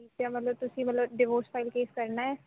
ਠੀਕ ਐ ਮਤਲਬ ਤੁਸੀਂ ਮਤਲਬ ਡੀਵੋਸ ਫਾਈਲ ਕੇਸ ਕਰਨਾ ਹੈ